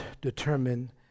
determine